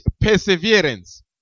Perseverance